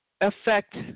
affect